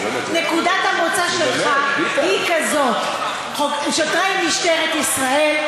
נקודת המוצא שלך היא כזאת, שוטרי משטרת ישראל,